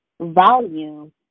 volume